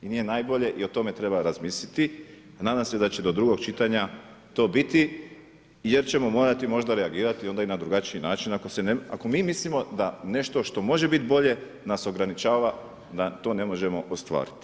I nije najbolje i o tome treba razmisliti, a nadam se da će do drugog čitanja to biti jer ćemo morati možda reagirati i na drugačiji način, ako mi mislimo da nešto što može biti bolje nas ograničava da to ne možemo ostvariti.